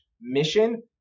mission